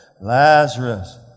Lazarus